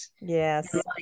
Yes